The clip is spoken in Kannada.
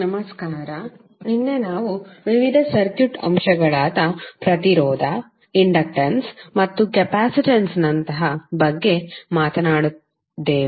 ನಮಸ್ಕಾರ ನಿನ್ನೆ ನಾವು ವಿವಿಧ ಸರ್ಕ್ಯೂಟ್ ಅಂಶಗಳಾದ ಪ್ರತಿರೋಧ resistance ಇಂಡಕ್ಟನ್ಸ್ ಮತ್ತು ಕೆಪಾಸಿಟನ್ಸ್ನಂತಹ ಬಗ್ಗೆ ಮಾತನಾಡಿದ್ದೇವೆ